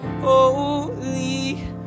holy